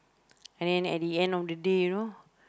and then at the end of the day you know